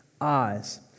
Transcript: eyes